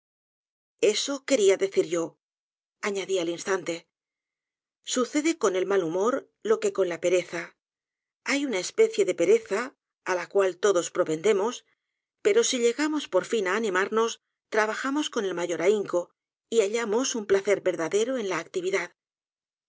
eso queria yo decir añadí al instante sucede con el mal humor lo que con la pereza hay una especie de pereza á la cual todos propendemos pero si llegamos por fin á animarnos trabajamos con el mayor ahinco y hallamos un placer verdadero en la actividad